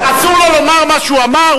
אסור לו לומר מה שהוא אמר?